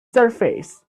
surface